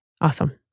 awesome